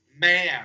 man